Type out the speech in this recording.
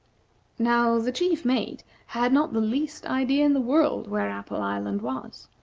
now, the chief mate had not the least idea in the world where apple island was,